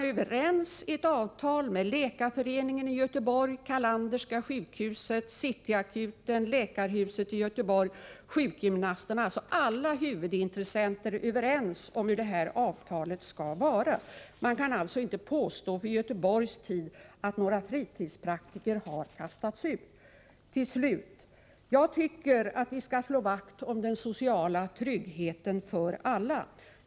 I Göteborg har man slutit ett avtal med Läkarföreningen, Carlanderska sjukhuset, City Akuten, Läkarhuset och sjukgymnasterna. Alla huvudintressenter är alltså överens om hur avtalet skall vara. Därför kan man för Göteborgs del inte påstå att fritidspraktikerna har kastats ut. Till slut vill jag säga att jag tycker att vi skall slå vakt om den sociala tryggheten för alla.